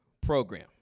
program